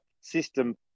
system